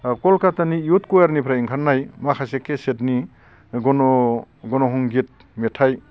कलकातानि इउट कयारनिफ्राय ओंखारनाय माखासे केसेटनि गन' गन' हंगित मेथाइ